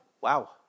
Wow